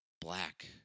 black